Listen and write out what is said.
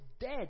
dead